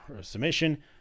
submission